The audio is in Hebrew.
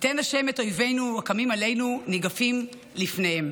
ייתן השם את אויבנו הקמים עלינו ניגפים לפניהם.